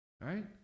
right